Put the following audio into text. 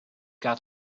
got